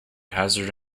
hazard